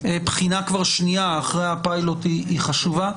בחינה שנייה אחרי הפיילוט, היא חשובה.